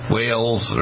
Whales